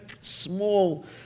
small